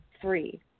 three